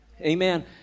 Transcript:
Amen